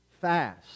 fast